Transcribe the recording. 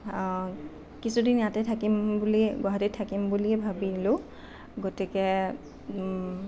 কিছুদিন ইয়াতে থাকিম বুলি গুৱাহাটীত থাকিম বুলি ভাবিলোঁ গতিকে